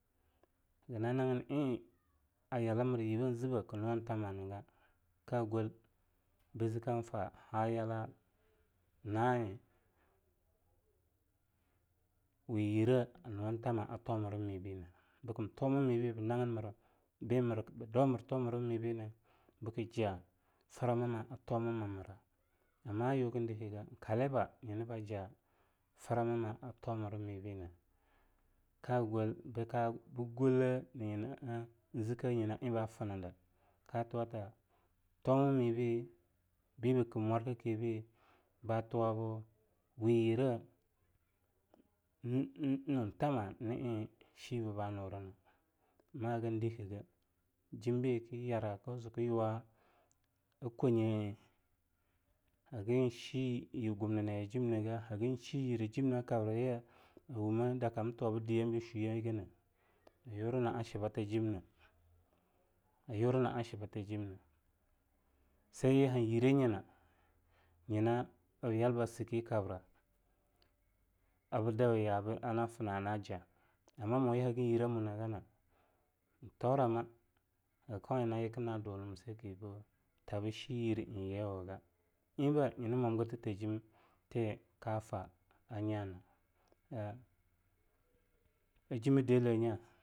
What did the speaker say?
Gnanagn'eing ayalamiryi ban ziba kwnuwantamanga kagol bzbkeingfa'ana ayala'na eing wiyirah ha'anyuwantama a tomramibine bkm tamami be bnagnmra mirbedaumir tomramibe bkja framma a tomamra ama'ayugan dikgei nkaliba nyinabaja framma a tomramine kaga bka-gug enga katuwata zkeibnyina'eing bafda katuwata tomami be bibakm mwarkakibei batu wab wiyirah n-n-nun tama na'eing chiba banurntamana ama hagen dikge jimbe kyara kyuwa kwenyie hagon shi yirgumnen ajemnegei, hagan shiyirah ajimne kabrga yi'awumem adaka am tuwabdyiebei chuyiebei ayurna'ashibata ajimne, ayurna'ashibata ajimne sai yehan yirah ayina nyinabyalba shi kabra abdawiya'a ana fanaja ama moyin hagan yirah amungana mtaurama haga kuya nayiknna dunim asakige tabshi yirah eing yiwga eingbei nyina mwamdirttajim thekafa anyana ajimei deleh nya.